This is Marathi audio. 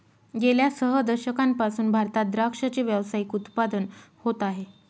गेल्या सह दशकांपासून भारतात द्राक्षाचे व्यावसायिक उत्पादन होत आहे